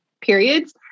periods